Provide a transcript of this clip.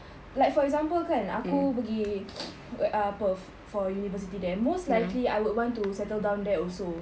like for example kan aku pergi uh perth for university there most likely I would want to settle down there also